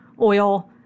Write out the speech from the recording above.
oil